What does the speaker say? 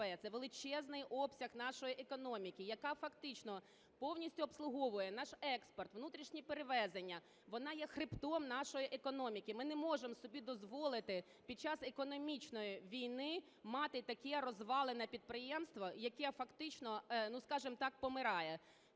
це величезний обсяг нашої економіки, яка фактично повністю обслуговує наш експорт, внутрішні перевезення, вона є хребтом нашої економіки. Ми не можемо собі дозволити під час економічної війни мати таке розвалене підприємство, яке фактично, ну, скажімо так, помирає.